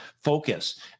focus